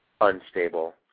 unstable